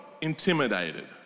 intimidated